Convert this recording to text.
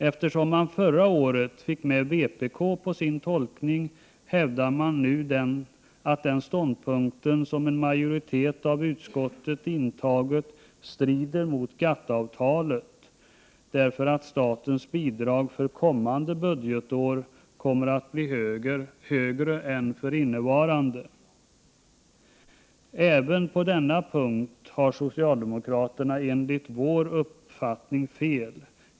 Eftersom man förra året fick med vpk på sin tolkning, hävdar man nu att den ståndpunkt som en majoritet av utskottet intagit strider mot GATT-avtalet. Statens bidrag för kommande budgetår kommer ju att bli högre än det är för innevarande budgetår. Vi har den uppfattningen att socialdemokraterna även på denna punkt har fel.